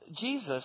Jesus